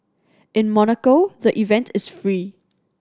in Monaco the event is free